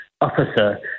officer